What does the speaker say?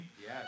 Yes